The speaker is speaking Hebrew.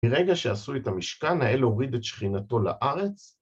‫ברגע שעשו את המשכן, ‫האל הוריד את שכינתו לארץ.